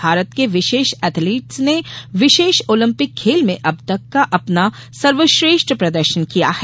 भारत के विशेष एथलीटस ने विशेष ओलिम्पिक खेल में अबतक का अपना सर्वश्रेष्ठ प्रदर्शन दिया है